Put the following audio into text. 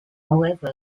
however